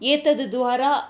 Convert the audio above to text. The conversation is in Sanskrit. एतद्द्वारा